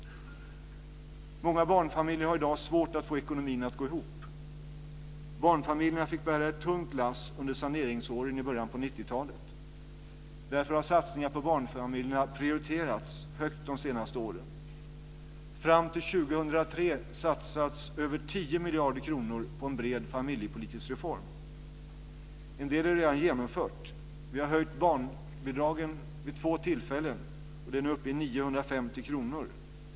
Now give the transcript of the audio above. Många barnfamiljer har i dag svårt att få ekonomin att gå ihop. Barnfamiljerna fick bära ett tungt lass under saneringsåren i början av 90-talet. Därför har satsningar på barnfamiljerna prioriterats högt de senaste åren. Fram till 2003 satsas över 10 miljarder kronor på en bred familjepolitisk reform. En del är redan genomfört. Vi har höjt barnbidragen vid två tillfällen, och det är nu uppe i 950 kr.